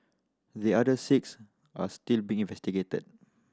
the other six are still being investigated